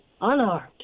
unarmed